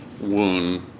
wound